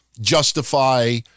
justify